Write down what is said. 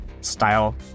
style